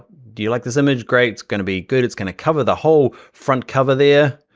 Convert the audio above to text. do you like this image? great, it's gonna be good. it's gonna cover the whole front cover there.